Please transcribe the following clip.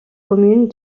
commune